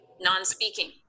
Non-speaking